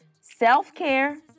Self-care